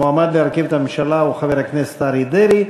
המועמד להרכיב את הממשלה הוא חבר הכנסת אריה דרעי.